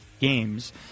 games